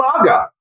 MAGA